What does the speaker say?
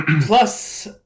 Plus